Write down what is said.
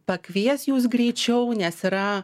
pakvies jus greičiau nes yra